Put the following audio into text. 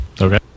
Okay